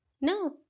No